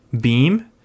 beam